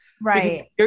Right